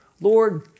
Lord